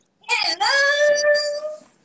Hello